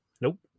Nope